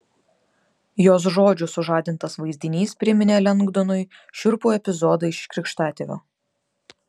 jos žodžių sužadintas vaizdinys priminė lengdonui šiurpų epizodą iš krikštatėvio